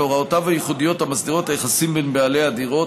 על הוראותיו הייחודיות המסדירות את היחסים בין בעלי הדירות,